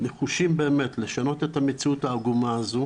נחושים באמת לשנות את המציאות העגומה הזו